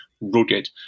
rugged